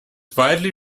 widely